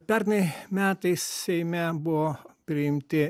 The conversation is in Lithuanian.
pernai metais seime buvo priimti